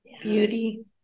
beauty